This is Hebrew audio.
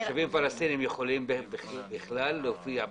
תושבים פלסטינים יכולים להופיע ב-זום?